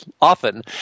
often